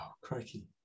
crikey